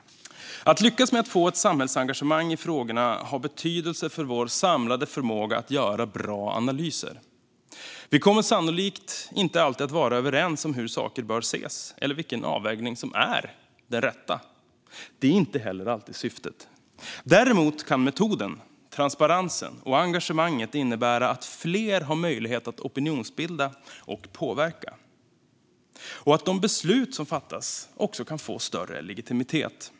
Att lyckas med att få ett samhällsengagemang i frågorna har betydelse för vår samlade förmåga att göra bra analyser. Vi kommer sannolikt inte alltid att vara överens om hur saker bör ses eller vilken avvägning som är den rätta. Det är inte heller alltid syftet. Däremot kan metoden, transparensen och engagemanget innebära att fler har möjlighet att opinionsbilda och påverka och att de beslut som fattas kan få större legitimitet.